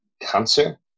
cancer